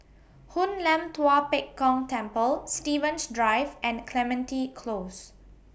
Hoon Lam Tua Pek Kong Temple Stevens Drive and Clementi Close